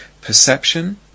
perception